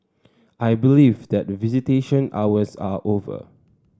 I believe that visitation hours are over